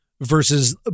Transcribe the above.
versus